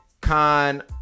Khan